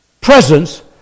presence